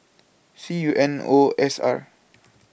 C U N O S R